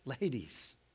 Ladies